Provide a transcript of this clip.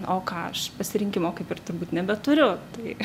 o ką aš pasirinkimo kaip ir turbūt nebeturiu tai